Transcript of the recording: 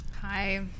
Hi